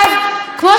כמו שאני אומרת,